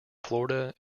florida